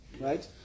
right